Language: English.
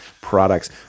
products